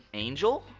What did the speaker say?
angel?